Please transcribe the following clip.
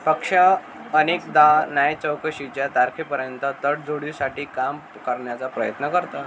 पक्ष अनेकदा न्यायचौकशीच्या तारखेपर्यंत तडजोडीसाठी काम करण्याचा प्रयत्न करतं